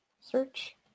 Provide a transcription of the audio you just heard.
search